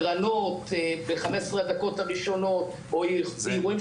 קרנות ב-15 הדקות הראשונות או אירועים